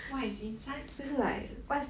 what is inside 什么意思